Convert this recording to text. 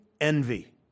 envy